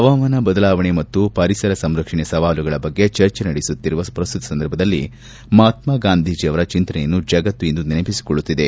ಹವಾಮಾನ ಬದಲಾವಣೆ ಮತ್ತು ಪರಿಸರ ಸಂರಕ್ಷಣೆಯ ಸವಾಲುಗಳ ಬಗ್ಗೆ ಚರ್ಚೆ ನಡೆಯುತ್ತಿರುವ ಪ್ರಸ್ತುತ ಸಂದರ್ಭದಲ್ಲಿ ಮಹಾತ್ವಗಾಂಧಿಜ ಅವರ ಚಿಂತನೆಯನ್ನು ಜಗತ್ತು ಇಂದು ನೆನಪಿಸಿಕೊಳ್ಳುತ್ತಿದೆ